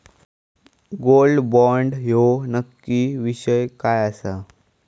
Gold bond ह्यो नक्की विषय काय आसा?